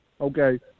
okay